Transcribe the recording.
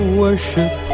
worship